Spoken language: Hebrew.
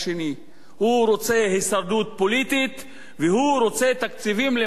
הוא רוצה הישרדות פוליטית והוא רוצה תקציבים למערכת הביטחון.